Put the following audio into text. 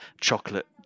chocolate